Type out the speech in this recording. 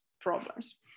problems